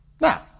Now